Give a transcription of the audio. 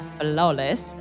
flawless